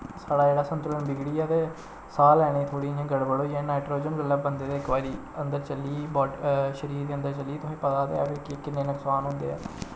साढ़ा जेह्ड़ा संतुलन बिगड़ी गेआ ते साह् लैने गी थोह्ड़ी इ'यां गड़बड़ होई जानी नाइट्रोजन जेल्लै बंदे दे इक बारी अंदर चली गेई बाडी शरीर दे अन्दर चली गेई तुसेंगी पता ते ऐ किन्ने नकसान होंदे ऐ